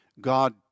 God